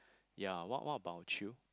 ya what what about you